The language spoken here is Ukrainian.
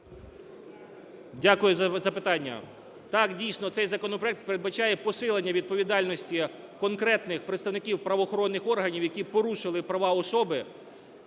Дякую за запитання. Так, дійсно цей законопроект передбачає посилення відповідальності конкретних представників правоохоронних органів, які порушили права особи,